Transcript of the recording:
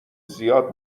زیاد